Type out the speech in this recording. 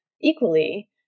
equally